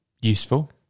Useful